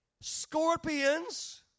scorpions